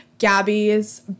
Gabby's